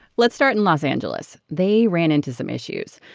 let's start in los angeles. they ran into some issues.